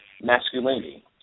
masculinity